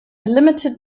limited